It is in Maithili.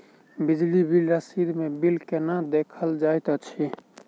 बिजली बिल रसीद मे बिल केना देखल जाइत अछि?